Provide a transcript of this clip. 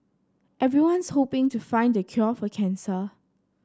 everyone's hoping to find the cure for cancer